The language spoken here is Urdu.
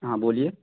ہاں بولیے